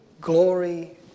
glory